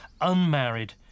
unmarried